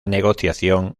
negociación